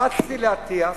אתה רואה את זה, רצתי לאטיאס,